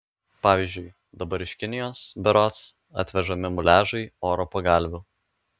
pavyzdžiui dabar iš kinijos berods atvežami muliažai oro pagalvių